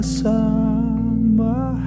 summer